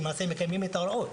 שהם מקיימים את ההוראות.